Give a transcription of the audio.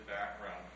background